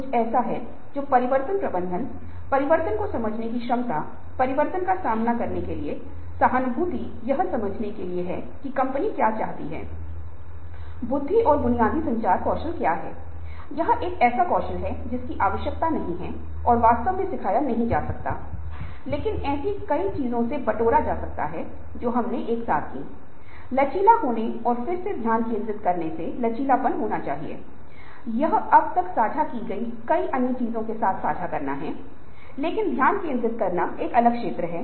इसलिए ऐसा करने के लिए उन्होंने अध्ययन के बाद काम करने की कोशिश की उन्होंने अध्ययन के बाद होटलों में काम करने की कोशिश की कुछ पैसे कमाए पैसे जमा किए जब अवसर आया तो उसने एक छोटे से होटल से शुरुआत की और जाने अनजाने कि वह जो भी पैसा निवेश कर रहा है वह पूरी तरह से नुकसान हो सकता है या यह पूरी तरह से सफल हो सकता है कि उसने पैसे का निवेश किया और उसने लगातार कड़ी मेहनत की अपने लक्ष्य तक पहुंचने के लिए कड़ी मेहनत की और अंत मे डेफ ने यूएसए में एक होटल बनाया जो अब 20 मिलियन डॉलर का व्यवसाय है